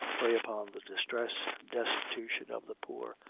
prey upon the distress and destitution of the poor,